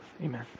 Amen